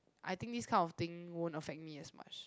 I think this kind of thing wouldn't affect me as much